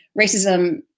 racism